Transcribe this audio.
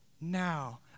now